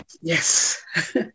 Yes